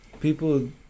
People